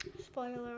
Spoiler